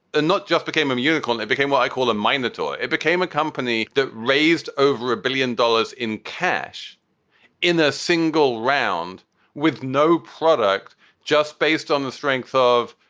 and not just became a um unicorn. it became what i call a minotaur. it became a company that raised over a billion dollars in cash in a single round with no product just based on the strength of.